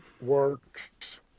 works